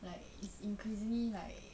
like it's increasingly like